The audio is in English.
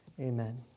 Amen